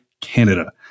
Canada